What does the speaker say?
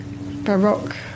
baroque